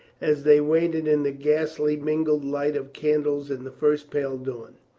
as they waited in the ghastly mingled light of candles and the first pale dawn.